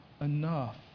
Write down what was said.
enough